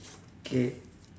K